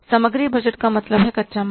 सामग्री बजट का मतलब है कच्चा माल